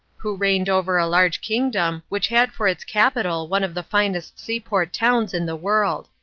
who reigned over a large kingdom, which had for its capital one of the finest seaport towns in the world.